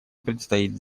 предстоит